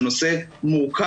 זה נושא מורכב.